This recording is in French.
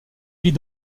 vit